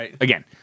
again